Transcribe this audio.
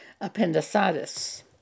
appendicitis